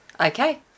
Okay